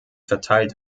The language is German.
verteilt